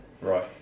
right